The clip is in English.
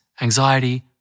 anxiety